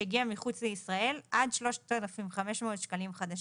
שהגיע מחוץ לישראל - עד 3,500 שקלים חדשים,